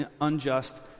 unjust